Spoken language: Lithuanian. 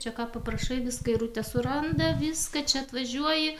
čia ką paprašai viską irutė suranda viską čia atvažiuoji